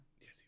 Yes